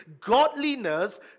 godliness